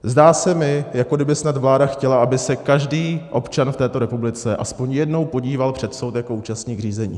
Zdá se mi, jako kdyby snad vláda chtěla, aby se každý občan v této republice aspoň jednou podíval před soud jako účastník řízení.